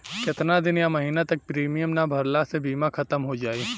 केतना दिन या महीना तक प्रीमियम ना भरला से बीमा ख़तम हो जायी?